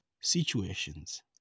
situations